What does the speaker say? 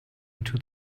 into